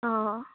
অঁ